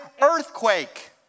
earthquake